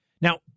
Now